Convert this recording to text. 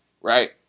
right